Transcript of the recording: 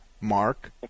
mark